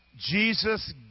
Jesus